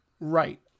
Right